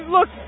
Look